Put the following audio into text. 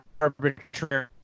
arbitrary